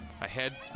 ahead